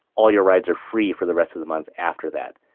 all your rides are free for the rest of the month after that.